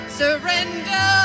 surrender